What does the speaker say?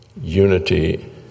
unity